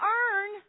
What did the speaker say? earn